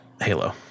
Halo